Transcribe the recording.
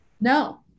No